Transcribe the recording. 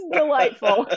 delightful